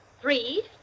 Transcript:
Three